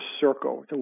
circle